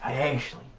hey ashley.